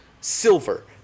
silver